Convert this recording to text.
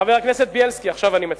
חבר הכנסת בילסקי, עכשיו אני מצטט.